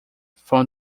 from